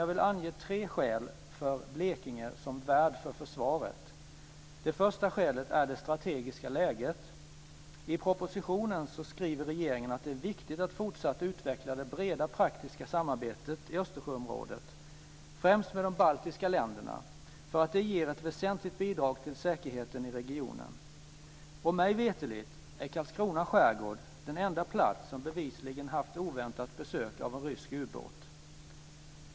Jag vill ange tre skäl för Blekinge som värd för försvaret. Det första skälet är det strategiska läget. I propositionen skriver regeringen att det är viktigt att fortsatt utveckla det breda praktiska samarbetet i Östersjöområdet främst med de baltiska länderna för att det ger ett väsentligt bidrag till säkerheten i regionen. Mig veterligt är Karlskrona skärgård den enda plats som bevisligen har haft oväntat besök av en rysk ubåt.